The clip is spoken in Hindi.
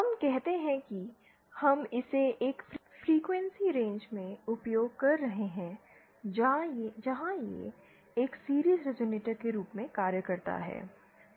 हम कहते हैं कि हम इसे एक फ्रीक्वेंसी रेंज में उपयोग कर रहे हैं जहां यह एक सीरिज़ रेज़ोनेटर के रूप में कार्य करता है